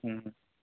হুম